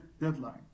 deadline